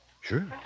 Sure